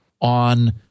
On